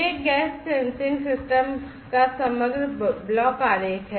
यह gas sensing system का समग्र ब्लॉक आरेख है